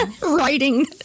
writing